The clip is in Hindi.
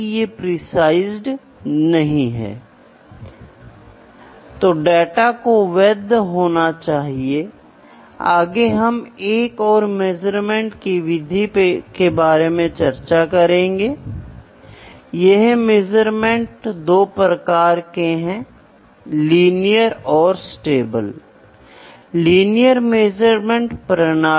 इसलिए एक प्रीडिफाइंड स्टैंडर्ड के बीच कहने का मतलब है कि मेरे पास एक मानक है आप मुझे एक वस्तु दे रहे हैं जिसमें मुझे उस भौतिक चर को मापना है और मुझे नहीं पता कि मेग्नीट्यूड क्या है अब ज्ञात मानक के साथ मैं कोशिश करता हूं चर के अननोन मेग्नीट्यूड को मापें और माप करने का प्रयास करें